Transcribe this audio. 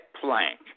plank